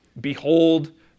Behold